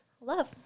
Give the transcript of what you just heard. love